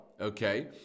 Okay